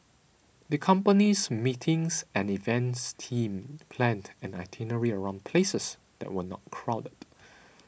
the company's meetings and events team planned an itinerary around places that were not crowded